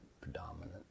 predominant